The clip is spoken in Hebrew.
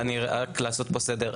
רק לעשות פה סדר.